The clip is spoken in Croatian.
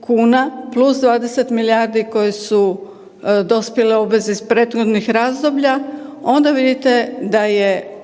kuna plus 20 milijardi koje su dospjele obveze iz prethodnih razdoblja, onda vidite da je